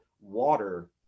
water